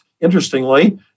interestingly